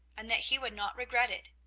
and that he would not regret it.